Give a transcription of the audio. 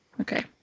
Okay